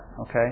okay